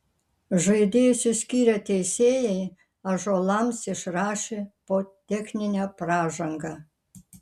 žaidėjus išskyrę teisėjai ąžuolams išrašė po techninę pražangą